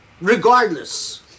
regardless